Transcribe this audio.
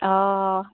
অঁ